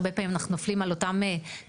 הרבה פעמים אנחנו נופלים על אותן תעשיות,